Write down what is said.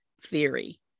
theory